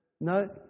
No